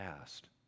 asked